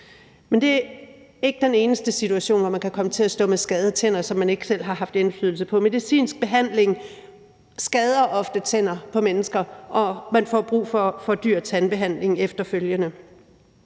Men det er ikke den eneste situation, hvor man kan komme til at stå med skadede tænder, som man ikke selv haft indflydelse på. Medicinsk behandling skader ofte tænder for mennesker, og man får brug for dyr tandbehandling efterfølgende.